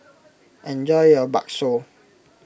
enjoy your Bakso